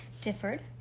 differed